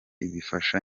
bifasha